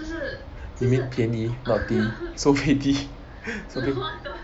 you mean 便宜 not 低收费低收费